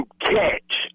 catch